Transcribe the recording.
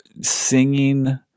singing